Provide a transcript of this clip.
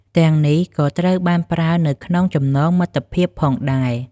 ទាំងនេះ ក៏ត្រូវបានប្រើនៅក្នុងចំណងមិត្តភាពផងដែរ។